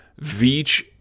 Veach